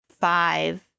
five